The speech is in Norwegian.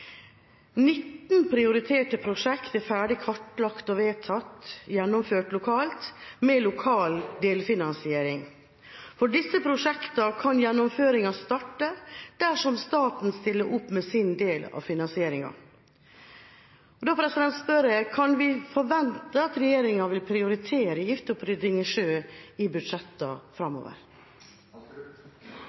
19 prioriterte prosjekter er ferdig kartlagt og vedtatt gjennomført lokalt med lokal delfinansiering. For disse prosjektene kan gjennomføringen starte dersom staten stiller opp med sin del av finansieringen. Da spør jeg: Kan vi forvente at regjeringa vil prioritere giftopprydding i sjø i